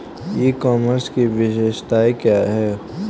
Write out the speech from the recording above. ई commerce की विशेषताएं क्या हैं?